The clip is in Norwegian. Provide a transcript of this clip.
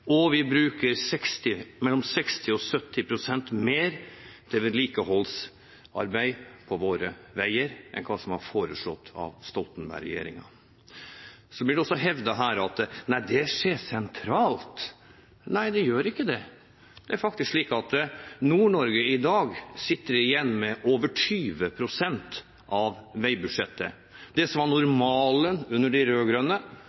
og vi bruker mellom 60 og 70 pst. mer til vedlikeholdsarbeid på våre veier enn hva som var foreslått av Stoltenberg-regjeringen. Så blir det også hevdet her at nei, det skjer sentralt. Nei, det gjør ikke det. Det er faktisk slik at Nord-Norge i dag sitter igjen med over 20 pst. av veibudsjettet. Det som var normalen under de